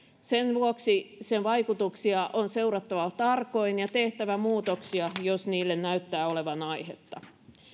sen vuoksi sen vaikutuksia on seurattava tarkoin ja tehtävä muutoksia jos niille näyttää olevan aihetta